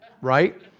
right